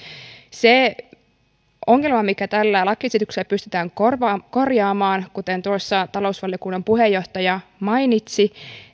se ongelma tällä lakiesityksellä pystytään korjaamaan kuten tuossa talousvaliokunnan puheenjohtaja mainitsi